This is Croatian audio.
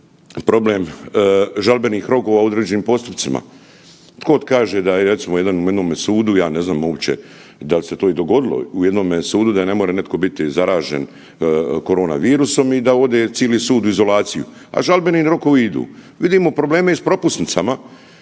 problem žalbenih rokova u određenim postupcima. Tko kaže da recimo u jednom sudu ja ne znam uopće dal se to i dogodilo u jednome sudu da ne može netko biti zaražen korona virusom i da ode cili sud u izolaciju, a žalbeni rokovi idu. Vidimo probleme i s propusnicama